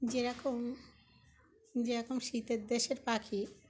যেরকম যেরকম শীতের দেশের পাখি